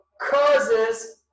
causes